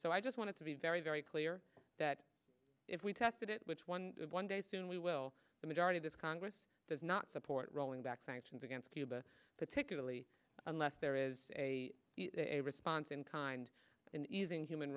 so i just want to be very very clear that if we tested it which one one day soon we will the majority this congress does not support rolling back sanctions against cuba particularly unless there is a a response in kind in easing human